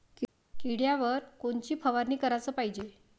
किड्याइवर कोनची फवारनी कराच पायजे?